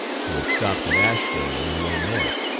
who had stopped at asheville on her way north,